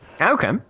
Okay